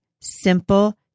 simple